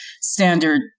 standard